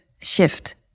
shift